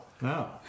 No